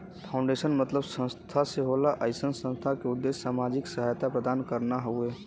foundation क मतलब संस्था से होला अइसन संस्था क उद्देश्य सामाजिक सहायता प्रदान करना हउवे